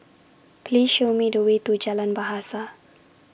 Please Show Me The Way to Jalan Bahasa